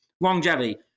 Longevity